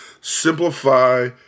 simplify